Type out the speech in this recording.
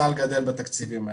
הסל גדל בתקציבים האלה.